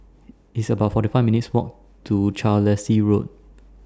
It's about forty five minutes' Walk to Carlisle Road